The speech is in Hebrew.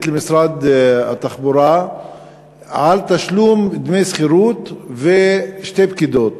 לבין משרד התחבורה על תשלום דמי שכירות ושכר שתי פקידות.